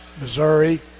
Missouri